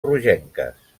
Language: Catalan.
rogenques